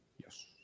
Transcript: Yes